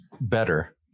better